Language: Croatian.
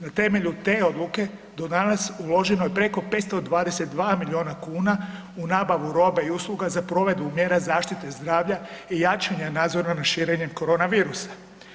Na temelju te odluke do danas uloženo je preko 520 miliona kuna u nabavu robe i usluga za provedbu mjera zaštite zdravlja i jačanja nadzora nad širenjem korona virusa.